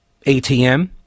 ATM